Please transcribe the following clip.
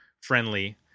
friendly